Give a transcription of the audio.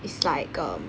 it is like um